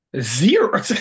Zero